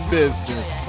business